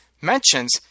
mentions